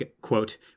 quote